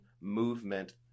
movement